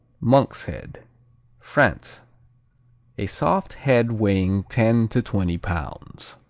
monk's head france a soft head weighing ten to twenty pounds.